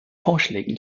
vorschläge